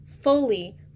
fully